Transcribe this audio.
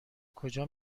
کجا